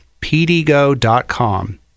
pdgo.com